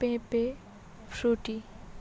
পেঁপে ফ্রুটি